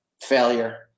failure